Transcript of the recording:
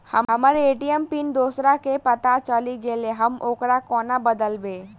हम्मर ATM PIN दोसर केँ पत्ता चलि गेलै, हम ओकरा कोना बदलबै?